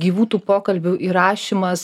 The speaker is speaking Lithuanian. gyvų tų pokalbių įrašymas